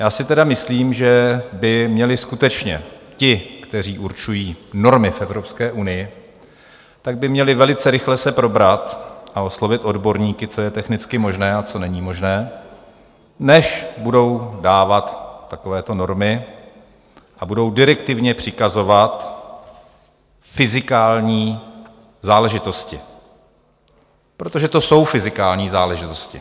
Já si tedy myslím, že by měli skutečně ti, kteří určují normy v Evropské unii, by měli velice rychle se probrat a oslovit odborníky, co je technicky možné a co není možné, než budou dávat takovéto normy a budou direktivně přikazovat fyzikální záležitosti, protože to jsou fyzikální záležitosti.